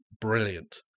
brilliant